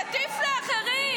מטיף לאחרים.